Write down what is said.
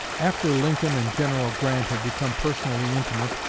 after lincoln and general grant had become personally intimate,